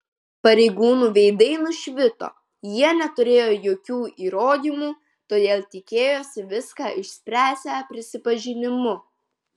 pareigūnų veidai nušvito jie neturėjo jokių įrodymų todėl tikėjosi viską išspręsią prisipažinimu